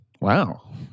Wow